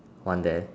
one there